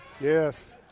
Yes